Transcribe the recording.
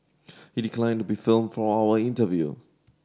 he declined be filmed for our interview